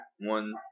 One